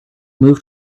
move